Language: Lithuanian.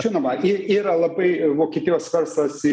žinoma ir yra labai vokietijos verslas